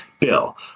bill